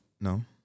no